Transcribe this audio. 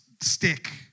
stick